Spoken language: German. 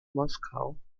moskau